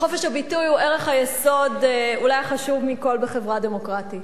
חופש הביטוי הוא ערך היסוד אולי החשוב מכול בחברה דמוקרטית.